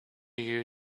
you